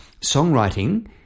songwriting